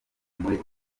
muri